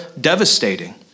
devastating